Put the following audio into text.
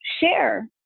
Share